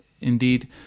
indeed